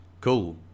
cool